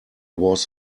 was